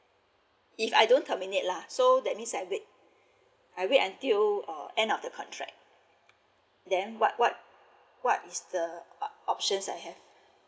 if I don't terminate lah so that means I wait I wait until uh end of the contract then what what what is the uh options I have